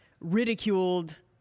ridiculed